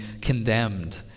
condemned